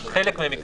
רק חלק מהם ייכנסו.